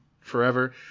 forever